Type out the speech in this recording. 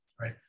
right